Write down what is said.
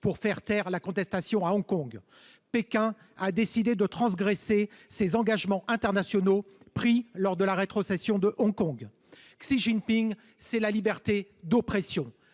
pour faire taire la contestation à Hong Kong. Pékin a décidé de transgresser ses engagements internationaux, pris lors de la rétrocession de Hong Kong. Xi Jinping, c’est la liberté d’oppression